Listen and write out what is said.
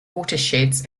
watersheds